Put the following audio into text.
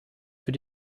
für